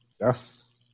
Yes